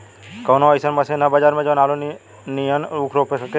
कवनो अइसन मशीन ह बजार में जवन आलू नियनही ऊख रोप सके?